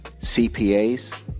CPAs